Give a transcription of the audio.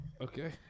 okay